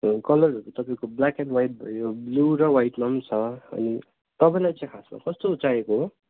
ए कलरहरू तपाईँको black and white भयो ब्लु र वाइटमा छ अनि तपाईँलाई चाहिँ खासमा कस्तो चाहिएको हो